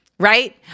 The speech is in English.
right